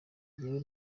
jyewe